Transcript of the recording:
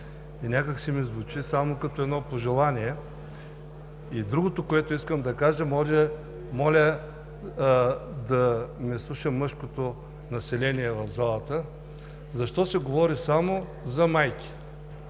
Някак си ми звучи само като едно пожелание. Другото, което искам да кажа – моля да не слуша мъжкото население в залата. Защо се говори само за майки?